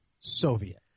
Soviet